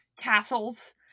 castles